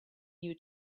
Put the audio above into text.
you